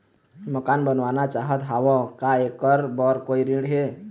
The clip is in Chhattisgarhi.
मकान बनवाना चाहत हाव, का ऐकर बर कोई ऋण हे?